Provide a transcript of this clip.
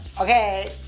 okay